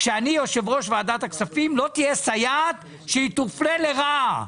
כשאני יושב-ראש ועדת הכספים לא תהיה סייעת שהיא תופלה לרעה.